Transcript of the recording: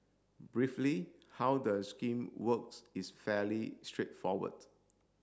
briefly how the scheme works is fairly straightforward